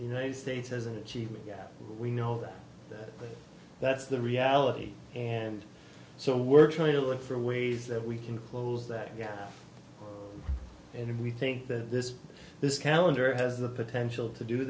states as an achievement we know that that's the reality and so we're trying to look for ways that we can close that gap and we think that this this calendar has the potential to do